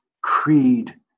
creed